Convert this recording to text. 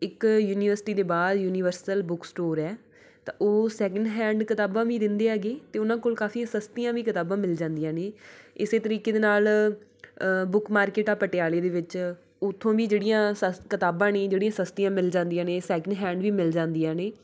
ਇੱਕ ਯੂਨੀਵਰਸਿਟੀ ਦੇ ਬਾਹਰ ਯੂਨੀਵਰਸਲ ਬੁੱਕ ਸਟੋਰ ਹੈ ਤਾਂ ਉਹ ਸੈਕਿੰਡ ਹੈਂਡ ਕਿਤਾਬਾਂ ਵੀ ਦਿੰਦੇ ਹੈਗੇ ਅਤੇ ਉਹਨਾਂ ਕੋਲ ਕਾਫ਼ੀ ਸਸਤੀਆਂ ਵੀ ਕਿਤਾਬਾਂ ਮਿਲ ਜਾਂਦੀਆਂ ਨੇ ਇਸ ਤਰੀਕੇ ਦੇ ਨਾਲ਼ ਬੁੱਕ ਮਾਰਕਿਟ ਆ ਪਟਿਆਲੇ ਦੇ ਵਿੱਚ ਉੱਥੋਂ ਵੀ ਜਿਹੜੀਆਂ ਸਸ ਕਿਤਾਬਾਂ ਨੇ ਜਿਹੜੀਆਂ ਸਸਤੀਆਂ ਮਿਲ ਜਾਂਦੀਆਂ ਨੇ ਸੈਕਿੰਡ ਹੈਂਡ ਵੀ ਮਿਲ ਜਾਂਦੀਆਂ ਨੇ